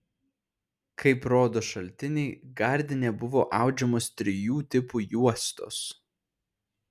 kaip rodo šaltiniai gardine buvo audžiamos trijų tipų juostos